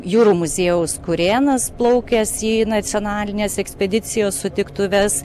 jūrų muziejaus kurėnas plaukęs į nacionalinės ekspedicijos sutiktuves